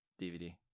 DVD